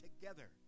together